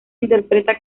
interpreta